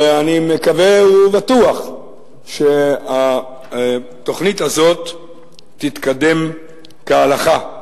ואני מקווה ובטוח שהתוכנית הזאת תתקדם כהלכה.